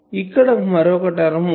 ఇక్కడ మరొక టర్మ్ వుంది